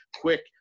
quick